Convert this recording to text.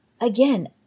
again